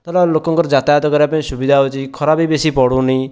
ଧର ଲୋକଙ୍କର ଯାତାୟାତ କରିବା ପାଇଁ ସୁବିଧା ହେଉଛି ଖରା ବି ବେଶୀ ପଡ଼ୁନି